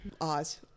Oz